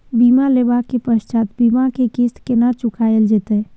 बीमा लेबा के पश्चात बीमा के किस्त केना चुकायल जेतै?